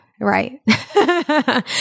right